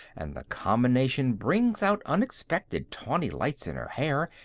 and the combination brings out unexpected tawny lights in her hair,